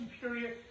period